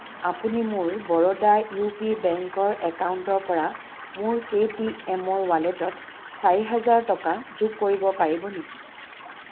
আপুনি মোৰ Baroda U P বেংকৰ একাউণ্টৰ পৰা মোৰ পে'টিএমৰ ৱালেটত চাৰি হেজাৰ টকা যোগ কৰিব পাৰিব নেকি